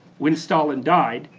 when stalin died,